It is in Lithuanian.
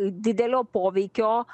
didelio poveikio